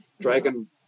dragon